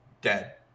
dead